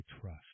trust